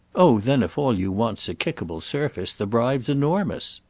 oh then if all you want's a kickable surface the bribe's enormous.